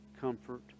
comfort